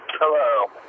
Hello